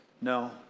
No